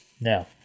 Now